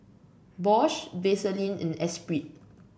Bosch Vaseline and Espirit